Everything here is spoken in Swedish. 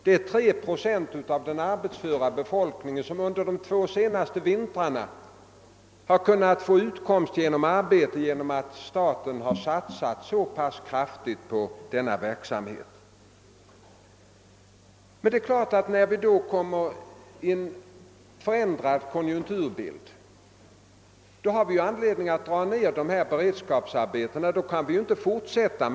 Det är sålunda 3 procent av den arbetsföra befolkningen som under de två senaste vintrarna har fått utkomst av arbete genom att staten har satsat så kraftigt på denna verksamhet. När det nu har blivit en konjunkturförbättring finns det självfallet anledning att inskränka på beredskapsarbetena.